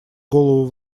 голову